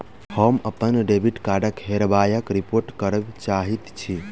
हम अप्पन डेबिट कार्डक हेराबयक रिपोर्ट करय चाहइत छि